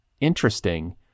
interesting